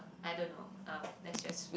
I don't know um let's just